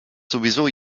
sowieso